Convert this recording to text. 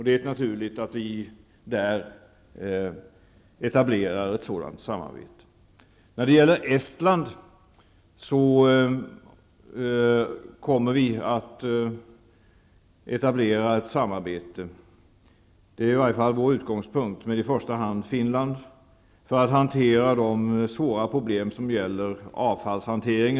Det är naturligt att vi där etablerar ett sådant samarbete. När det gäller Estland är vår utgångspunkt att vi skall etablera ett samarbete med i första hand Finland rörande de svåra problemen med avfallshantering.